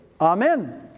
Amen